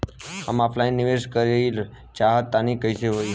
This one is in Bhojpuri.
हम ऑफलाइन निवेस करलऽ चाह तनि कइसे होई?